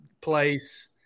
place